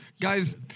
Guys